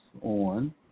on